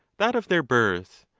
that of their birth,